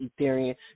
Ethereum